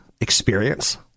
experience